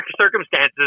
circumstances